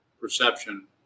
perception